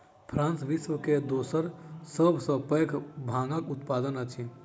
France विश्व के दोसर सभ सॅ पैघ भांगक उत्पादक अछि